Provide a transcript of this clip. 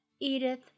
Edith